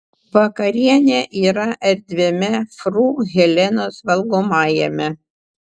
vakarienė yra erdviame fru helenos valgomajame